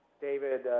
David